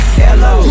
hello